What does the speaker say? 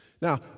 Now